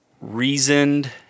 reasoned